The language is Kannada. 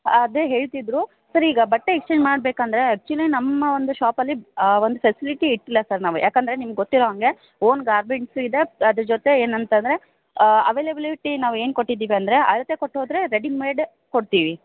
ಅದೇ ಹೇಳ್ತಿದ್ದರು ಸರ್ ಈಗ ಬಟ್ಟೆ ಎಕ್ಸ್ಚೇಂಜ್ ಮಾಡಬೇಕಂದ್ರೆ ಆ್ಯಕ್ಚುಲಿ ನಮ್ಮ ಒಂದು ಶಾಪಲ್ಲಿ ಒಂದು ಫೆಸಿಲಿಟಿ ಇಟ್ಟಿಲ್ಲ ಸರ್ ನಾವು ಯಾಕಂದರೆ ನಿಮ್ಗೆ ಗೊತ್ತಿರೋ ಹಂಗೆ ಓನ್ ಗಾರ್ಮೆಂಟ್ಸ್ ಇದೆ ಅದ್ರ ಜೊತೆ ಏನಂತಂದರೆ ಅವೆಲೆಬಿಲಿಟಿ ನಾವು ಏನು ಕೊಟ್ಟಿದ್ದೀವಿ ಅಂದರೆ ಅಳತೆ ಕೊಟ್ಟೋದರೆ ರೆಡಿಮೇಡ್ ಕೊಡ್ತೀವಿ